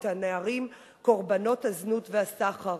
את הנערים קורבנות הזנות והסחר.